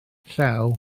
llew